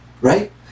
Right